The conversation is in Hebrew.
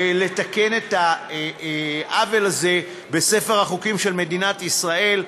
לתקן את העוול הזה בספר החוקים של מדינת ישראל.